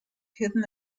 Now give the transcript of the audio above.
hidden